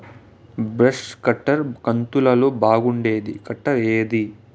Brush cutter కంతులలో బాగుండేది cutter ఏది?